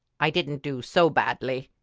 i didn't do so badly,